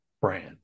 brand